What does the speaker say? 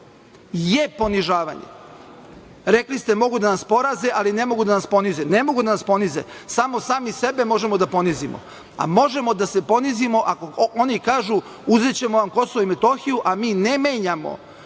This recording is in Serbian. je ponižavanje. Rekli ste – mogu da nas poraze, ali ne mogu da nas ponize. Ne mogu da nas ponize. Samo sami sebe možemo da ponizimo. Možemo da se ponizimo ako oni kažu – uzećemo vam Kosovo i Metohiju, a mi ne menjamo